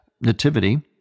nativity